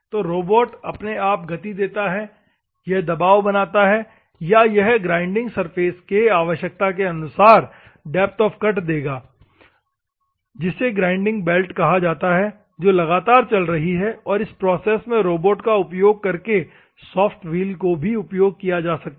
तो रोबोट अपने आप गति देता है और यह दबाव बनाता है या यह ग्राइंडिंग सरफेस के आवश्यकता के अनुसार डेप्थ ऑफ़ कट देगा जिसे ग्राइंडिंग बेल्ट कहा जाता है जो लगातार चल रही है और इस प्रोसेस में रोबोट का उपयोग करके सॉफ्ट व्हील को भी उपयोग किया जा सकता है